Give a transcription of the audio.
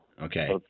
Okay